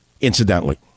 Incidentally